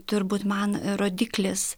turbūt man rodiklis